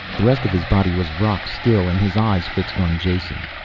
the rest of his body was rock-still and his eyes fixed on jason.